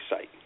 site